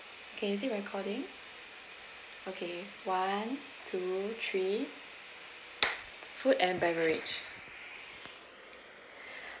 can you see it recording okay one two three food and beverage